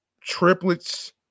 Triplets